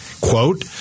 quote